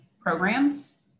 programs